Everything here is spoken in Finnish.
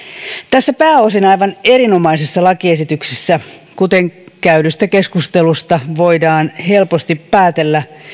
tässä pääosin aivan erinomaisessa lakiesityksessä kuten käydystä keskustelusta voidaan helposti päätellä